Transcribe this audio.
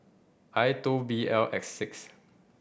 I two B L X six